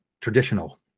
traditional